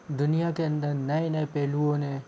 दुनिया के अंदर नए नए पहलुओं ने